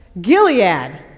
Gilead